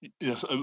Yes